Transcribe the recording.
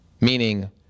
Meaning